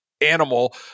animal